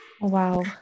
wow